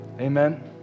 Amen